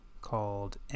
called